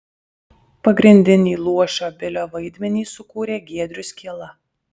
pagrindinį luošio bilio vaidmenį sukūrė giedrius kiela